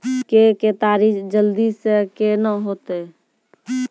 के केताड़ी जल्दी से के ना होते?